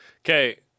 okay